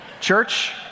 Church